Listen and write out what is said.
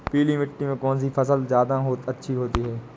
पीली मिट्टी में कौन सी फसल ज्यादा अच्छी होती है?